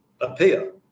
appear